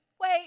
wait